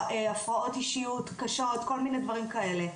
הפרעות אישיות קשות וכל מיני דברים כאלה.